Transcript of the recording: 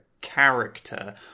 character